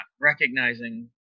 recognizing